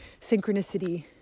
synchronicity